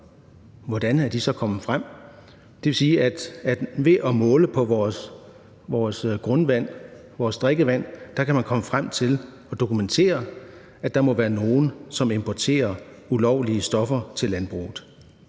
Hvordan er de så kommet der? Det vil sige, at ved at måle på vores grundvand, vores drikkevand, kan man komme frem til at dokumentere, at der må være nogen, som importerer ulovlige stoffer til landbruget.